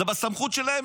זה בסמכות שלהם,